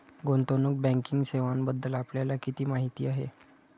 गुंतवणूक बँकिंग सेवांबद्दल आपल्याला किती माहिती आहे?